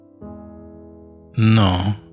No